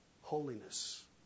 holiness